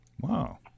Wow